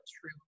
true